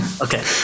okay